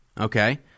Okay